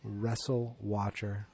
WrestleWatcher